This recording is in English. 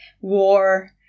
war